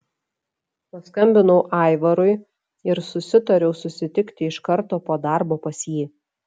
paskambinau aivarui ir susitariau susitikti iš karto po darbo pas jį